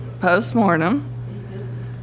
post-mortem